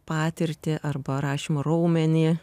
patirtį arba rašymo raumenį